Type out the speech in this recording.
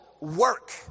Work